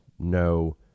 No